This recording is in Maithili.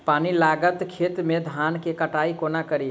पानि लागल खेत मे धान केँ कटाई कोना कड़ी?